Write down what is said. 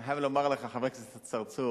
אני חייב לומר לך, חבר הכנסת צרצור,